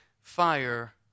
fire